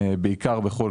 בעיקר בחו"ל,